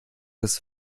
ist